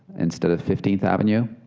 instead of fifteenth avenue,